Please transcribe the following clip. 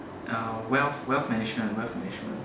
uh wealth wealth management wealth management